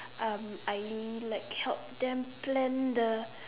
um I really like helped them plan the